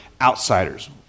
outsiders